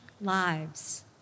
lives